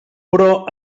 però